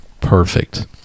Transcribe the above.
perfect